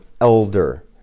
elder